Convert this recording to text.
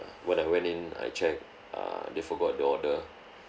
when I went in I check err they forgot the order